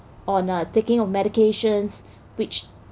on uh taking of medications which